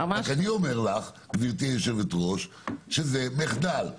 רק אני אומר לך, גברתי יושבת הראש, שזה מחדל.